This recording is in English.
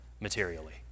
materially